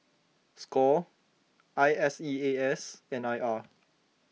Score I S E A S and I R